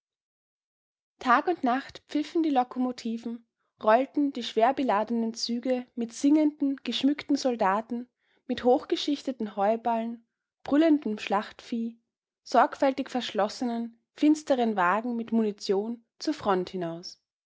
tag und nacht pfiffen die lokomotiven rollten die schwerbeladenen züge mit singenden geschmückten soldaten mit hochgeschichteten heuballen brüllendem schlachtvieh sorgfältig verschlossenen finsteren wagen mit munition zur front hinaus